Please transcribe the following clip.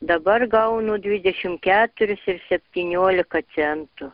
dabar gaunu dvidešim keturis ir septyniolika centų